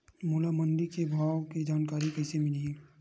मोला मंडी के भाव के जानकारी कइसे मिलही?